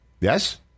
Yes